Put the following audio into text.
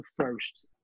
first